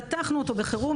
פתחנו בחירום,